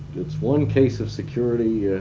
it's one case of security